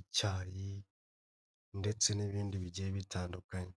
icyayi ndetse n'ibindi bigiye bitandukanye.